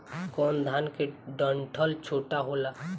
कौन धान के डंठल छोटा होला?